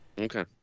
Okay